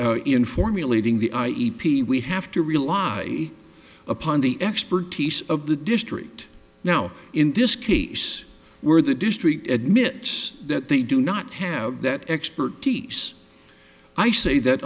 in formulating the i e p we have to rely upon the expertise of the district now in this case were the do street admits that they do not have that expertise i say that